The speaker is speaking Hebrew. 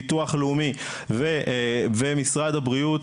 ביטוח לאומי ומשרד הבריאות,